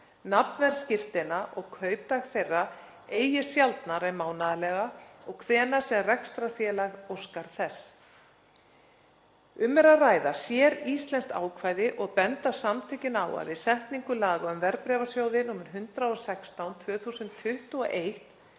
nafnverð skírteina og kaupdag þeirra eigi sjaldnar en mánaðarlega og hvenær sem rekstrarfélag óskar þess. Um er að ræða séríslenskt ákvæði og benda samtökin á að við setningu laga um verðbréfasjóði, nr. 116/2021,